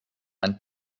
and